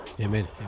Amen